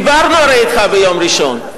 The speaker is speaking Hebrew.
הרי דיברנו אתך ביום ראשון,